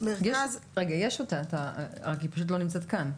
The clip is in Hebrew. יש אותה, רק היא פשוט לא נמצאת כאן.